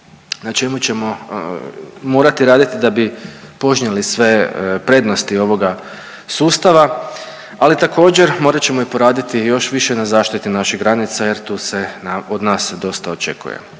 na čemu ćemo morati raditi da bi požnjeli sve prednosti ovoga sustava, ali također morat ćemo i poraditi još više na zaštiti naših granica jer tu se, od nas se dosta očekuje.